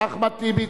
אחמד טיבי,